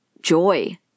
joy